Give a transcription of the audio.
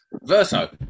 Verso